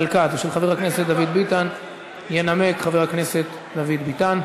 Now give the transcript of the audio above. כץ ושל חבר הכנסת דוד ביטן ינמק חבר הכנסת דוד ביטן.